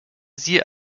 sie